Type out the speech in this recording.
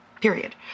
Period